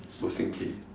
go sing K